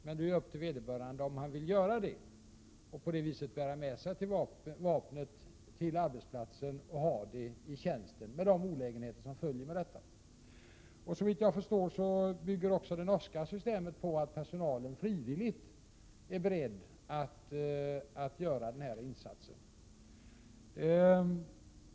Men det är upp till vederbörande om han vill göra det och bära med sig vapnet till arbetsplatsen och ha den i tjänsten, med de olägenheter som följer med detta. Såvitt jag förstår bygger också det norska systemet på att personalen frivilligt är beredd att göra sådana här insatser.